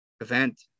event